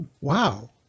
wow